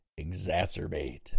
exacerbate